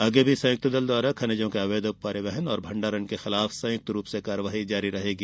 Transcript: आगे भी संयुक्त दल द्वारा खनिजों के अवैध परिवहन और भंडारण के खिलाफ संयुक्त रूप से कार्यवाही जारी रहेगी